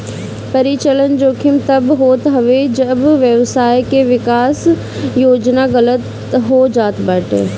परिचलन जोखिम तब होत हवे जब व्यवसाय के विकास योजना गलत हो जात बाटे